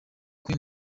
kwe